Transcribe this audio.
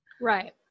Right